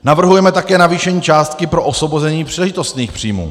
Navrhujeme také navýšení částky pro osvobození příležitostných příjmů.